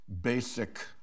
basic